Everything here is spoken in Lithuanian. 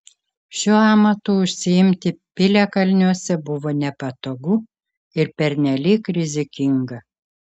šiuo amatu užsiimti piliakalniuose buvo nepatogu ir pernelyg rizikinga